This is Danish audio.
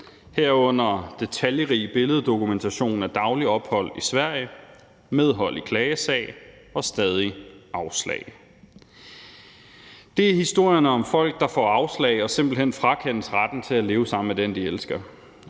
herunder detaljerig billeddokumentation af daglige ophold i Sverige, medhold i klagesag og stadig afslag. Det er historierne om folk, der får afslag og simpelt hen frakendes retten til at leve sammen med den, de elsker,